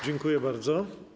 Dziękuję bardzo.